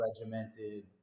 regimented